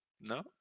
No